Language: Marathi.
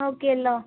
हो केलं